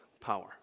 power